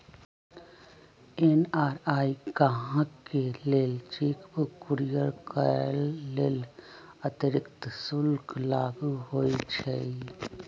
NRI गाहकके लेल cheque book courier करय लेल अतिरिक्त शुल्क लागू होइ छइ